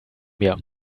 mir